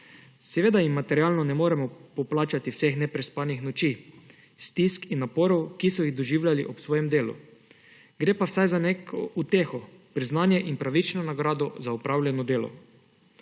Seveda jim materialno ne moremo poplačati vseh neprespanih noči, stisk in naporov, ki so jih doživljali ob svojem delu. Gre pa vsaj za neko uteho, priznanje in pravično nagrado za opravljeno delo.